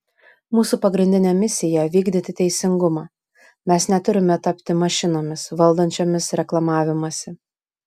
mūsų pagrindinė misija vykdyti teisingumą mes neturime tapti mašinomis valdančiomis reklamavimąsi